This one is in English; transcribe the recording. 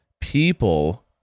people